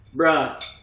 bruh